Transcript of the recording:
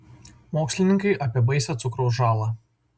mokslininkai apie baisią cukraus žalą